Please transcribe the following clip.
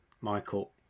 michael